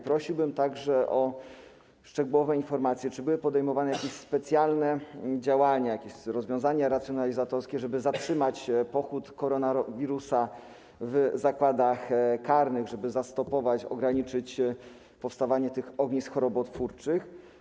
Prosiłbym także o szczegółowe informacje, czy były podejmowane specjalne działania, jakieś racjonalizatorskie rozwiązania, żeby zatrzymać pochód koronawirusa w zakładach karnych, żeby zastopować, ograniczyć powstawanie tych ognisk chorobotwórczych.